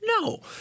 No